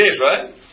right